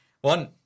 one